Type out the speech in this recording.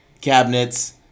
cabinets